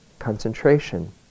concentration